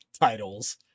titles